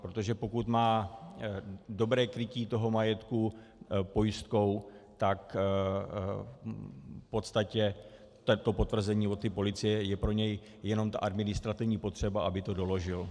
Protože pokud má dobré krytí majetku pojistkou, tak v podstatě potvrzení od policie je pro něj jenom ta administrativní potřeba, aby to doložil.